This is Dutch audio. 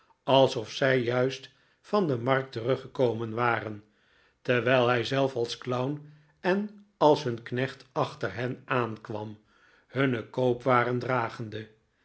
alsof zij juist van de markt teruggekomen waren terwijl hij zelf als clown en als hun knecht achter hen aankwam hunne koopwaren dragende